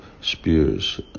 spears